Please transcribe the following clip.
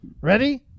Ready